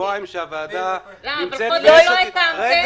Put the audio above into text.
שבועיים היא נמצאת אצל יש עתיד,